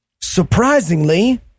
Surprisingly